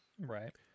Right